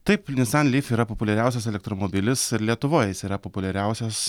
taip nissan leaf yra populiariausias elektromobilis ir lietuvoj jis yra populiariausias